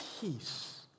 peace